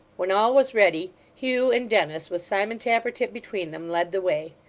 when all was ready, hugh and dennis, with simon tappertit between them, led the way.